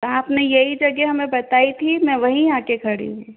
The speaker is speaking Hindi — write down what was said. आपने यही जगह हमें बताई थी मैं वहीं आके खड़ी हूँ